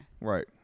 Right